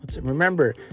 Remember